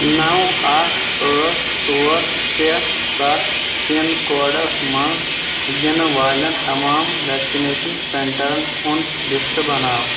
نو اَکھ ٲٹھ ژور شیٚے سَتھ پِن کوڈس مَنٛز یِنہٕ والٮ۪ن تمام ویکسِنیشن سینٛٹرن ہُنٛد لِسٹ بناو